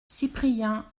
cyprien